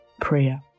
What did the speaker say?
Prayer